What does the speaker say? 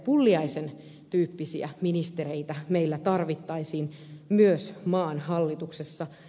pulliaisen tyyppisiä ministereitä meillä tarvittaisiin myös maan hallituksessa